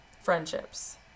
friendships